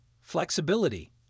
flexibility